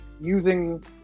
using